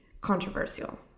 controversial